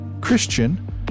christian